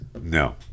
no